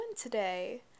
today